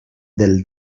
del